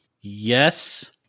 Yes